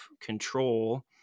control